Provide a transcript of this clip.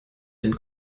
den